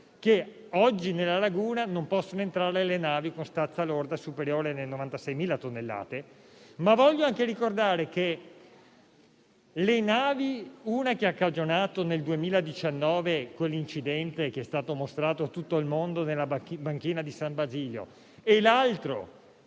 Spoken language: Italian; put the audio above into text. che oggi nella laguna non possono entrare le navi con stazza lorda superiore a 96.000 tonnellate. Voglio, però, anche ricordare gli episodi della nave che ha cagionato, nel 2019, quell'incidente che è stato mostrato a tutto il mondo, nella banchina di San Basilio, e della